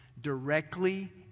directly